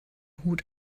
hut